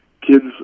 Kids